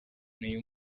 n’uyu